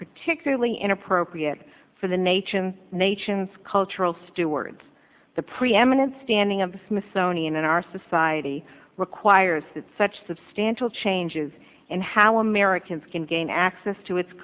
particularly inappropriate for the nature and nature and sculptural stewards the preeminent standing of the smithsonian in our society requires that such substantial changes in how americans can gain access to its